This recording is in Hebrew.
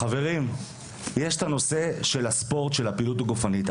חברים, יש את נושא הספורט של הפעילות הגופנית.